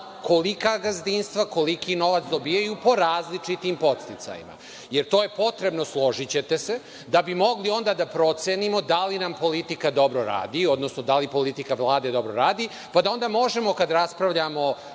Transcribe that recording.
kolika gazdinstva, koliki novac dobijaju po različitim podsticajima. To je potrebno, složićete se, da bi mogli onda da procenimo da li nam politika onda dobro radi, odnosno da li politika Vlade dobro radi, pa da onda možemo, kada raspravljamo